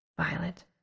Violet